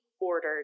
ordered